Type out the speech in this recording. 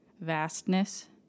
vastness